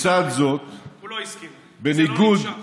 לצד זאת, הוא לא הסכים, כי זה לא נמשך.